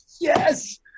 yes